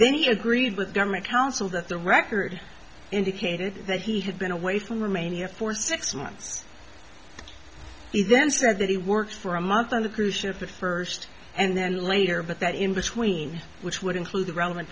then he agreed with government counsel that the record indicated that he had been away from romania for six months he then said that he worked for a month on the cruise ship the first and then later but that in between which would include the relevant